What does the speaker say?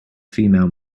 female